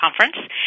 conference